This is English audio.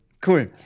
Cool